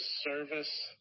service